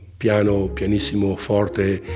piano, pianissimo forte,